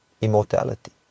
immortality